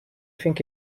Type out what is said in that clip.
think